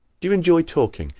do you enjoy talking?